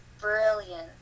brilliant